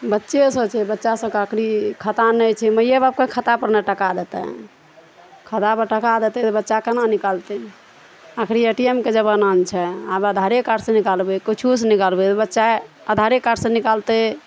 बच्चे सब छै बच्चा सबके अखन खाता नहि छै माइए बापके खाता पर नहि टका देतै खाता पर टका देतै तऽ बच्चा केना निकालतै अखनी ए टी एम के जमाना नऽ छै आब आधारे कार्ड सऽ निकालबै कुछो सऽ निकालबै तऽ बच्चा आधारे कार्ड सऽ निकालतै